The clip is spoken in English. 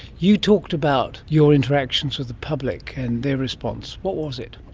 you talked about your interactions with the public and their response. what was it?